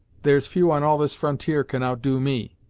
there's few on all this frontier can outdo me,